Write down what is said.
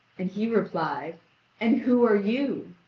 and he replied and who are you?